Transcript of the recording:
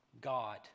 God